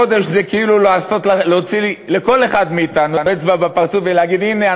חודש זה כאילו להוציא לכל אחד מאתנו אצבע בפרצוף ולהגיד: הנה,